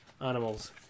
animals